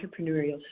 entrepreneurial